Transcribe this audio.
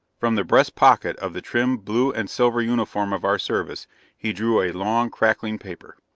from the breast pocket of the trim blue and silver uniform of our service he drew a long, crackling paper.